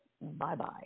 Bye-bye